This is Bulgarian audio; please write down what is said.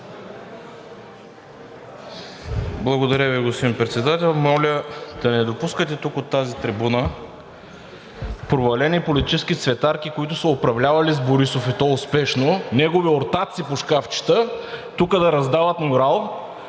Благодаря Ви, господин Председател. Моля да не допускате тук от тази трибуна провалени политически цветарки, които са управлявали с Борисов, и то успешно, негови ортаци по шкафчета, тук да раздават морал.